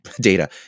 data